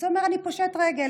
אז הוא אומר: אני פושט רגל,